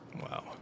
Wow